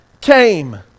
came